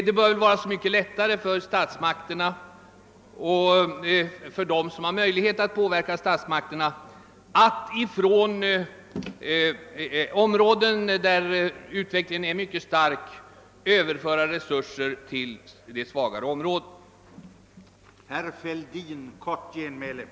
Det bör vara så mycket lättare för statsmakterna och för dem som har möjligheter att påverka dessa att från områden, inom vilka utvecklingen är mycket stark, överföra resurser till svagare områden med det nuvarande systemet.